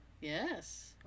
Yes